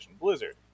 blizzard